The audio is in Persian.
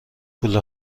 پول